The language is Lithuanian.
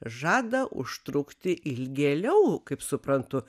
žada užtrukti ilgėliau kaip suprantu